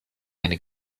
eine